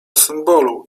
symbolu